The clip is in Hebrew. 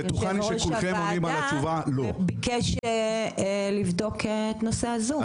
יושב ראש הועדה ביקש לבדוק את נושא הזום,